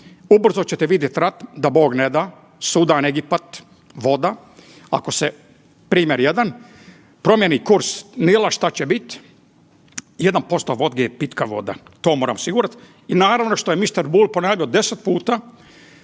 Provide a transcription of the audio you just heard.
Ubrzo ćete vidjet rat da Bog ne da Sudan-Egipat voda, ako se primjer 1 promijeni kurs Nila šta će bit, 1% vode je pitka voda to mora osigurat i naravno što je mister Bulj ponavljao deset puta